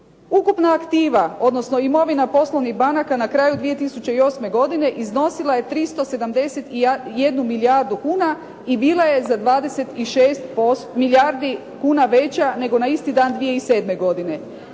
Ukupna aktiva, odnosno imovina poslovnih banka na kraju 2008. godine iznosila je 371 milijardu kuna i bila je za 26 milijardi kuna nego na isti dan 2007. godine.